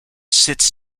sits